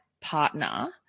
partner